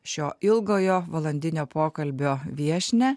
šio ilgojo valandinio pokalbio viešnią